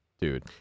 dude